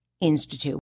Institute